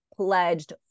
pledged